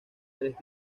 tres